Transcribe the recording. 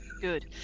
Good